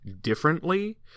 differently